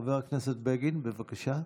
חבר הכנסת בגין, בבקשה.